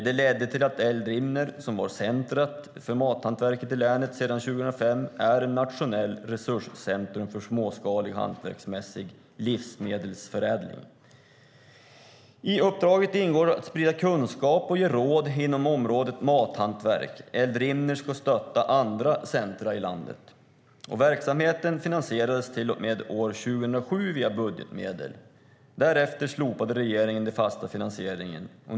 Det ledde till att Eldrimner, som var centrum för mathantverket i länet sedan 2005, är ett nationellt resurscentrum för småskalig hantverksmässig livsmedelsförädling. I uppdraget ingår att sprida kunskap och ge råd inom området mathantverk. Eldrimner ska stötta andra centrum i landet. Verksamheten finansierades till och med år 2007 via budgetmedel. Därefter slopade regeringen den fasta finansieringen.